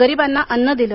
गरीबांना अन्न दिलं